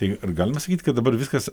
tai ar galima sakyt kad dabar viskas